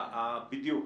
בדיוק.